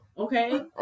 Okay